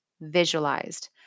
visualized